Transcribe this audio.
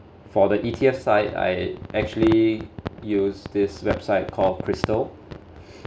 for the E_T_Fs side I actually use this website called crystal